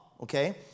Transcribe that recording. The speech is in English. okay